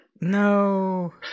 No